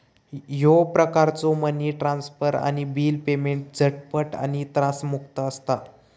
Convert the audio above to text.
ह्यो प्रकारचो money transfer आणि बिल पेमेंट झटपट आणि त्रासमुक्त असता